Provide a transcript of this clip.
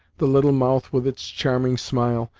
the little mouth with its charming smile,